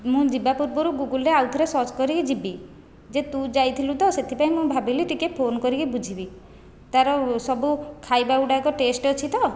ମୁଁ ଯିବା ପୂର୍ବରୁ ଗୁଗୁଲ୍ରେ ଆଉ ଥରେ ସର୍ଚ୍ଚ୍ କରିକି ଯିବି ଯେ ତୁ ଯାଇଥିଲୁ ତ ସେଥିପାଇଁ ମୁଁ ଭାବିଲି ଟିକିଏ ଫୋନ୍ କରିକି ବୁଝିବି ତା'ର ସବୁ ଖାଇବାଗୁଡ଼ାକ ଟେଷ୍ଟ୍ ଅଛି ତ